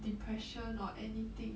depression or anything